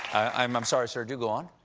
i'm um sorry, sir, do go on.